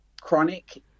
chronic